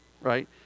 right